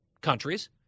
countries